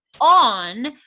on